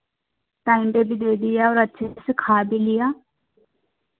time पर भी दे दिया और अच्छे से खा भी लिया